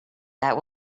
that